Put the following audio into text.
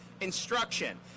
instruction